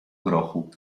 grochu